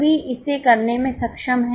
सभी इसे करने में सक्षम हैं